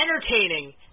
entertaining